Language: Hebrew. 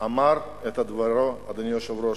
אמר את דברו, אדוני היושב-ראש.